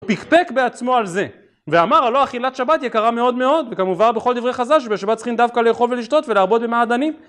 פיקפק בעצמו על זה, ואמר הלא אכילת שבת יקרה מאוד מאוד, וכמובן בכל דברי חז"ל שבשבת צריכים דווקא לאכול ולשתות ולהרבות במעדנים.